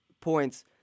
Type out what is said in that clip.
points